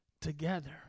together